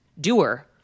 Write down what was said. doer